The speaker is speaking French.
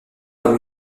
comme